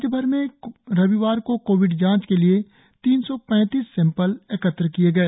राज्यभर में रविवार को कोविड जांच के लिए तीन सौ पैतीस सैंपल एकत्र किए गए